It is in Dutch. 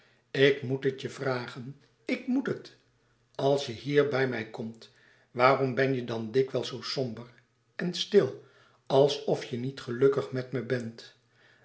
ik moet het je vragen ik met het als je hier bij mij komt waarom ben je dan dikwijls zoo somber en stil alsof je niet gelukkig met me bent